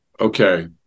Okay